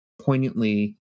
poignantly